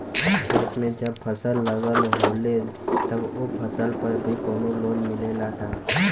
खेत में जब फसल लगल होले तब ओ फसल पर भी कौनो लोन मिलेला का?